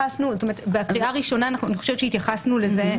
בקריאה ראשונה אני חושבת שהתייחסנו לזה.